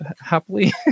happily